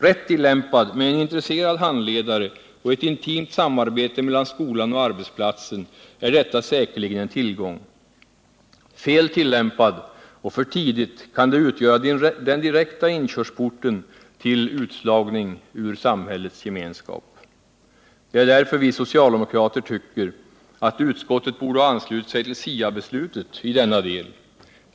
Rätt tillämpad, med en intresserad handledare och ett intimt samarbete mellan skolan och arbetsplatsen, är denna säkerligen en tillgång. Fel tillämpad och för tidigt kan den utgöra den direkta inkörsporten till utslagning ur samhällets gemenskap. Det är därför vi socialdemokrater tycker att utskottet borde ha anslutit sig till SIA-beslutet i denna del.